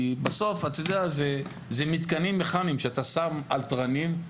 בסוף זה מתקנים מכאניים שאתה שם על תרנים,